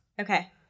okay